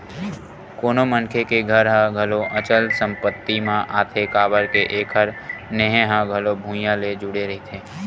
कोनो मनखे के घर ह घलो अचल संपत्ति म आथे काबर के एखर नेहे ह घलो भुइँया ले जुड़े रहिथे